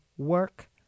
work